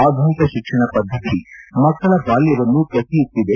ಆಧುನಿಕ ಶಿಕ್ಷಣ ಪದ್ದತಿ ಮಕ್ಕಳ ಬಾಲ್ತವನ್ನು ಕಸಿಯುತ್ತಿದೆ